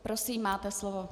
Prosím, máte slovo.